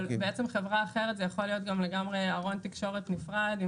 אבל חברה אחרת זה יכול להיות גם לגמרי ארון תקשורת נפרד,